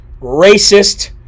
racist